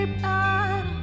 bad